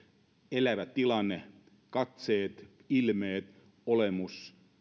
elävä tilanne katseet ilmeet olemus